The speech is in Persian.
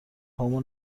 پامو